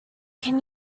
can